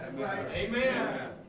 Amen